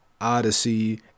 Odyssey